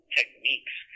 techniques